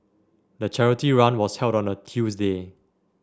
the charity run was held on a Tuesday